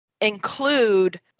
include